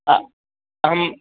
ह अहम्